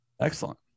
excellent